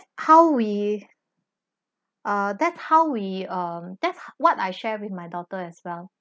how we uh that's how we uh that's what I share with my daughter as well